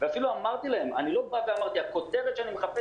ואפילו לא אמרתי להם: הכותרת שאני מחפש